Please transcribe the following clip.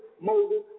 Moses